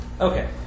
okay